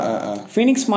Phoenix